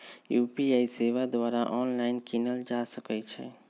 UPI सेवा द्वारा online कीनल जा सकइ छइ